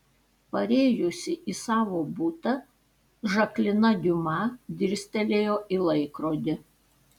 parėjusi į savo butą žaklina diuma dirstelėjo į laikrodį